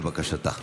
לבקשתה.